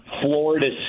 Florida